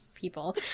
people